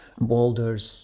boulders